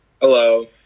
hello